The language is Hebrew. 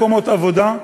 אלפי מקומות עבודה,